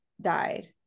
died